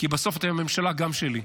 כי בסוף אתם הממשלה גם שלי.